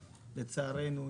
לצערנו,